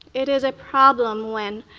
it is a problem when